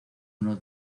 uno